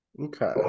Okay